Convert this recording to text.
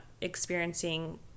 experiencing